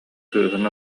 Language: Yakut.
кыыһын